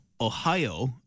Ohio